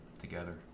together